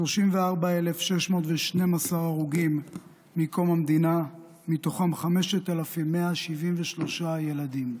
34,612 הרוגים מקום המדינה, מתוכם 5,173 ילדים.